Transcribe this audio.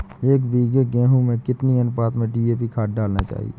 एक बीघे गेहूँ में कितनी अनुपात में डी.ए.पी खाद डालनी चाहिए?